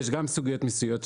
יש גם סוגיות מיסוייות,